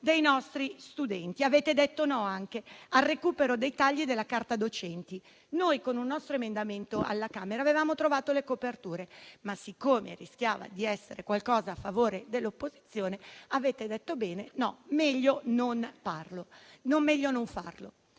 dei nostri studenti. Avete detto di no anche al recupero dei tagli alla carta del docente. Con un nostro emendamento alla Camera dei deputati avevamo trovato le coperture, ma siccome rischiava di essere qualcosa a favore dell'opposizione, avete detto di no, meglio non farlo.